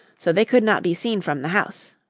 so they could not be seen from the house.